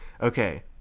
Okay